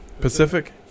Pacific